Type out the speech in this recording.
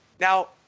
Now